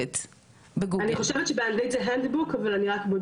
אבל אני רק בודקת תוך כדי בעצמי בגוגל בטלפון שלי.